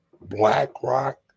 blackrock